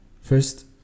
first